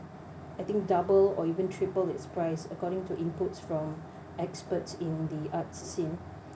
I think double or even triple its price according to inputs from experts in the art scene